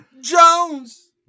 Jones